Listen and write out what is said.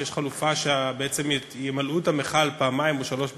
שיש חלופה שימלאו את המכל פעמיים או שלוש בשנה.